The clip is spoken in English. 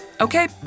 Okay